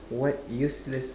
what useless